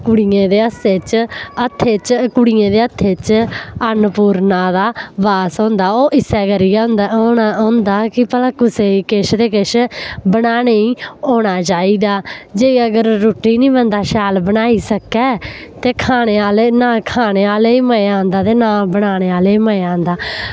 कुड़ियें दे हस्से च हत्थे च कुड़ियें दे हत्थे च अन्नपूर्णा दा वास होंदा ओह् इस्सै करियै होंदा होना होंदा कि भला कुसे ही किश ते किश बनाने ही औना चाहिदा जे अगर रुट्टी निं बंदा शैल बनाई सकै ते खाने आह्ले ना खाने आह्ले गी मजा आंदा ते ना बनाने आह्ले गी मजा आंदा